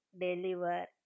deliver